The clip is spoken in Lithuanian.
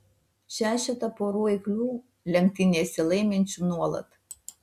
šešetą porų eiklių lenktynėse laiminčių nuolat